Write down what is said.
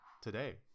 today